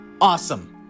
awesome